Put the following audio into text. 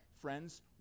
friends